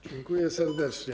Dziękuję serdecznie.